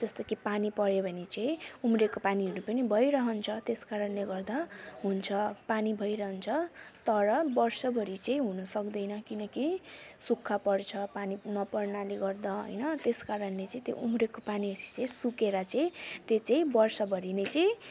जस्तो कि पानी पऱ्यो भने चाहिँ उम्रेको पानीहरू पनि भइरहन्छ त्यसकारणले गर्दा हुन्छ पानी भइरहन्छ तर वर्षभरि चाहिँ हुन सक्दैन किनकि सुक्खा पर्छ पानी नपर्नाले गर्दा हैन तेसकारणले चैँ त्यो उम्रेको पानी चाहिँ सुकेर चाहिँ त्यो चै वर्षभरि नै चाहिँ